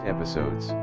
Episodes